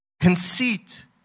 conceit